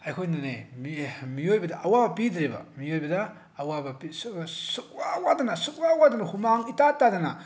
ꯑꯩꯈꯣꯏꯅꯅꯦ ꯃꯤꯑꯣꯏꯕꯗ ꯑꯋꯥꯕ ꯄꯤꯗ꯭ꯔꯦꯕ ꯃꯤꯑꯣꯏꯕꯗ ꯑꯋꯥꯕ ꯁꯨꯛꯋꯥ ꯋꯥꯗꯅ ꯁꯨꯛꯋꯥ ꯋꯥꯗꯅ ꯍꯨꯃꯥꯡ ꯏꯇꯥ ꯇꯥꯗꯅ